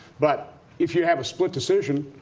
but if you have a split decision,